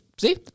see